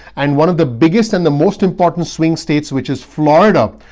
and one of the biggest and the most important swing states, which is florida,